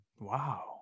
Wow